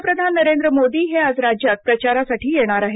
पंतप्रधान नरेंद्र मोदी हे आज राज्यात प्रचारासाठी येणार आहेत